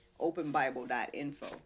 openbible.info